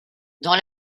dans